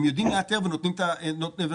הם יודעים לאתר ונותנים את ההנחה.